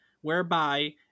Whereby